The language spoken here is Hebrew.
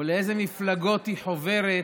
או לאיזה מפלגות היא חוברת,